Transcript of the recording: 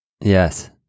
Yes